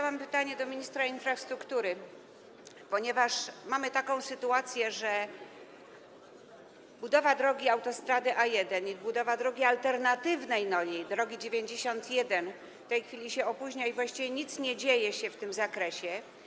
Mam pytanie do ministra infrastruktury, ponieważ mamy taką sytuację, że budowa drogi - autostrady A1 - i budowa drogi alternatywnej do niej - drogi nr 91 - w tej chwili się opóźnia i właściwie nic nie dzieje się w tym zakresie.